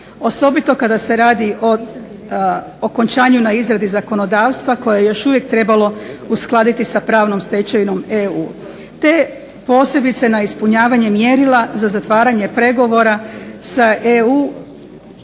osobito kada se radi o okončanju na izradi zakonodavstva koje je još uvijek trebalo uskladiti s pravnom stečevinom EU te posebice na ispunjavanje mjerila za zatvaranje pregovora sa EU.